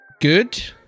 Good